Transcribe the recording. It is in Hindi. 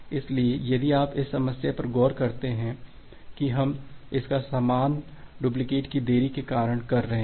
इसलिए यदि आप इस समस्या पर गौर करते हैं कि हम इसका सामना डुप्लिकेट की देरी के कारण कर रहे हैं